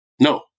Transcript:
No